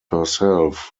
herself